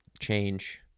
change